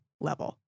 level